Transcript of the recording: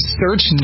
search